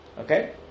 okay